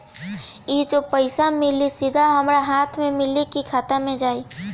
ई जो पइसा मिली सीधा हमरा हाथ में मिली कि खाता में जाई?